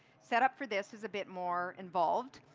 set up for this is a bit more involved.